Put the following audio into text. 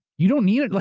you don't need